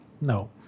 No